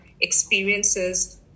experiences